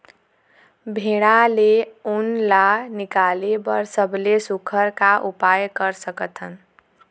भेड़ा ले उन ला निकाले बर सबले सुघ्घर का उपाय कर सकथन?